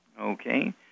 Okay